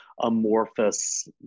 amorphous